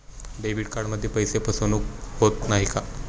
Debit कार्डमध्ये पैसे फसवणूक होत नाही ना?